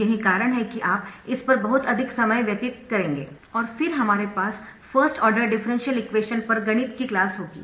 यही कारण है कि आप इस पर बहुत अधिक समय व्यतीत करेंगे और फिर हमारे पास फर्स्ट आर्डर डिफरेंशियल इक्वेशन पर गणित की क्लास होगी